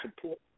Support